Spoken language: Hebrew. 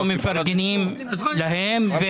אנחנו מפרגנים להם.